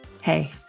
Hey